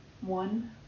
one